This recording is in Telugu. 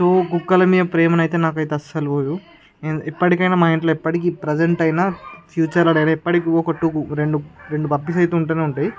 సో కుక్కల మీద ప్రేమను అయితే నాకు అసలు పోదు ఎప్పటికైనా మా ఇంట్లో ఎప్పటికి ప్రసెంట్ అయినా ఫ్యూచర్లో లేదు ఎప్పటికీ ఒక టూ కుక్కలు రెండు రెండు పప్పీస్ అయితే ఉంటూనే ఉంటాయి